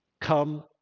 come